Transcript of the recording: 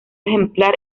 ejemplar